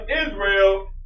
Israel